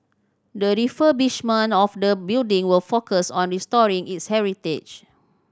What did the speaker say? the refurbishment of the building will focus on restoring its heritage